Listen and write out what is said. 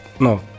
No